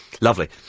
lovely